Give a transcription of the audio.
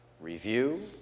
Review